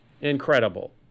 Incredible